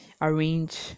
arrange